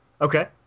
Okay